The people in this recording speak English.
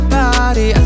body